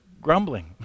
grumbling